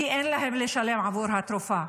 כי אין להם לשלם עבור התרופה.